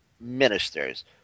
ministers